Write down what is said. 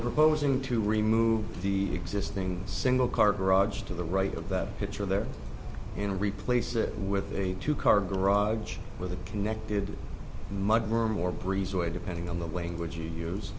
proposing to remove the existing single car garage to the right of that picture there and replace it with a two car garage with a connected mud room or breezeway depending on the language you use